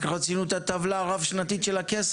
רק רצינו את הטבלה הרב שנתית של הכסף.